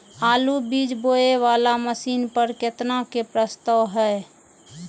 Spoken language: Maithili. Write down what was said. आलु बीज बोये वाला मशीन पर केतना के प्रस्ताव हय?